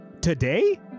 Today